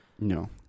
No